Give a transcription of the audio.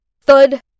thud